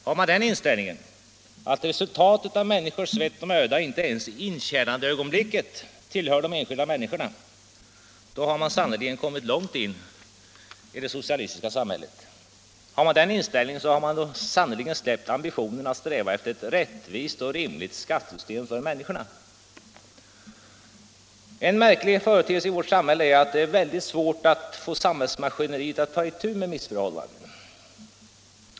Har man den inställningen — att resultatet av människors svett och möda inte ens i intjänandeögonblicket tillhör de enskilda människorna — då har man sannerligen kommit långt in i det socialistiska samhället. Har man den inställningen, har man sannerligen släppt ambitionen att sträva efter ett rättvist och rimligt skattesystem för människorna. En märklig företeelse i vårt samhälle är att det är mycket svårt att få samhällsmaskineriet att ta itu med missförhållanden.